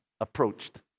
approached